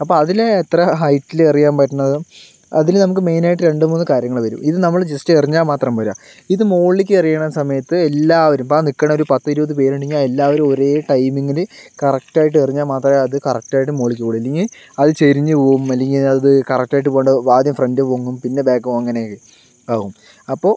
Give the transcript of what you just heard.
അപ്പോൾ അതിൽ എത്ര ഹൈറ്റിൽ എറിയാൻ പറ്റണതും അതിൽ നമുക്ക് മെയിനായിട്ട് രണ്ട് മൂന്ന് കാര്യങ്ങള് വരും ഇത് നമ്മള് ജസ്റ്റ് എറിഞ്ഞാൽ മാത്രം പോരാ ഇത് മുകളിലേക്ക് എറിയണ സമയത്ത് എല്ലാവരും ഇപ്പോൾ ആ നിൽക്കണ ഒരു പത്തിരുപത് പേരുണ്ടെങ്കിൽ ആ എല്ലാവരും ഒരേ ടൈമിങ്ങില് കറക്ടായിട്ട് എറിഞ്ഞാൽ മാത്രമേ അത് കറക്ടായിട്ട് മുകളിലേക്ക് പോവുകയുള്ളൂ ഇല്ലെങ്കിൽ അത് ചെരിഞ്ഞ് പോവും ഇല്ലെങ്കിൽ അത് കറക്ടായിട്ട് ഇവിടെ ആദ്യം ഫ്രണ്ട് പൊങ്ങും പിന്നെ ബാക്ക് പൊങ്ങും അങ്ങനെയൊക്കെ ആവും അപ്പോൾ